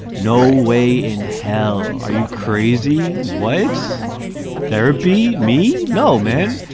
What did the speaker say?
no way in hell. are you crazy? whyte's therapy? me? no, man.